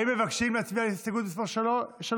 האם מבקשים להצביע על הסתייגות מס' 3?